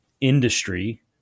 industry